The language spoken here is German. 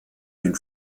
den